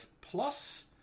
plus